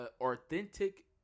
Authentic